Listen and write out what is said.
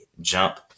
jump